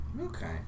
Okay